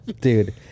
Dude